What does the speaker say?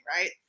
right